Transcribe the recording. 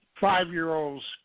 Five-year-olds